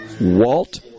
Walt